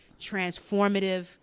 transformative